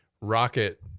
rocket